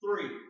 Three